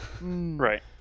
Right